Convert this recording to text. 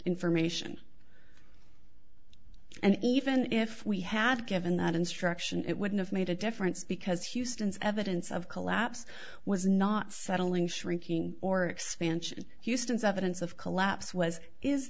information and even if we had given that instruction it wouldn't have made a difference because houston's evidence of collapse was not settling shrinking or expansion houston's evidence of collapse was is